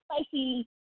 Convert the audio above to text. spicy